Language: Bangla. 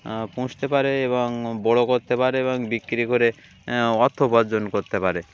পৌঁছতে পারে এবং বড়ো করতে পারে এবং বিক্রি করে অর্থ উপার্জন করতে পারে